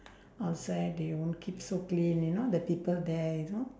outside they won't keep so clean you know the people there you know